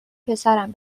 پسرم